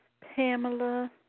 Pamela